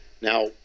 now